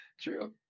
True